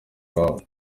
iwabo